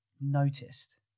noticed